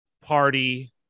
party